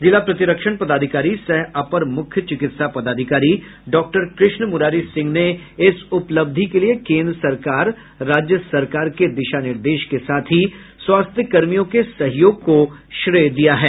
जिला प्रतिरक्षण पदाधिकारी सह अपर मुख्य चिकित्सा पदाधिकारी डॉक्टर कृष्ण मुरारी सिंह ने इस उपलब्धि के लिए केन्द्र सरकार राज्य सरकार के दिशा निर्देश के साथ ही स्वास्थ्यकर्मियों के सहयोग को श्रेय दिया है